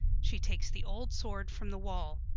she takes the old sword from the wall.